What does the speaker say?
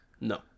No